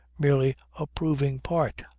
merely approving part.